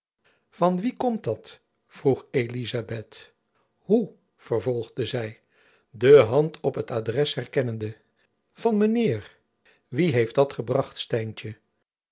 van wien komt dat vroeg elizabeth hoe vervolgde zy de hand op het adres herkennende van mijn heer wie heeft dat gebracht